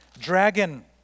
dragon